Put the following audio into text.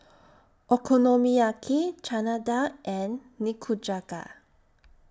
Okonomiyaki Chana Dal and Nikujaga